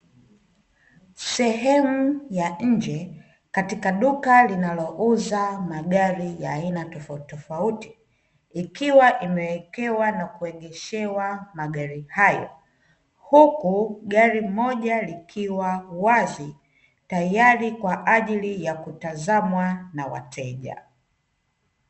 Sehemu ya nje katika duka linalouza magari ya aina tofauti tofauti, ikiwa imewekewa na kuegeshewa magari hayo, huku gari moja likiwa wazi tayari kwa ajili ya kutazamwa na wateja.